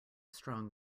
strong